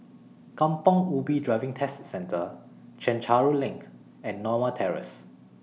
Kampong Ubi Driving Test Centre Chencharu LINK and Norma Terrace